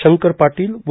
शंकर पाटील व